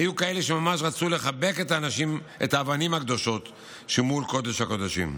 היו כאלה שממש רצו לחבק את האבנים הקדושות שמול קודש-הקודשים.